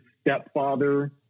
stepfather